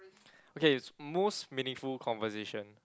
okay it's most meaningful conversation